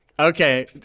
Okay